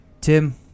Tim